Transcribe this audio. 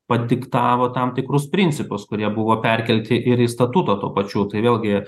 padiktavo tam tikrus principus kurie buvo perkelti ir į statutą tuo pačiu tai vėlgi